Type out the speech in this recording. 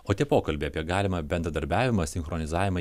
o tie pokalbiai apie galimą bendradarbiavimą sinchronizavimą